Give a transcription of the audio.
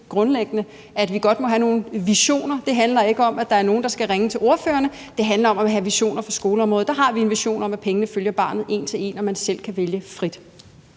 at vi godt må have nogle visioner. Det handler ikke om, at der er nogen, der skal ringe til ordførerne; det handler om at have visioner for skoleområdet, og der har vi en vision om, at pengene følger barnet en til en og man selv kan vælge frit.